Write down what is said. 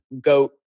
goat